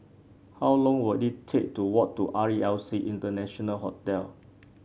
how long will it take to walk to R E L C International Hotel